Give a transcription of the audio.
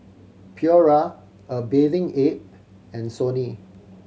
Pura A Bathing Ape and Sony